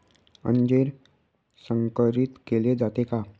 अंजीर संकरित केले जाते का?